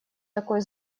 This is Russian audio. такой